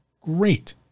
great